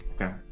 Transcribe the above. Okay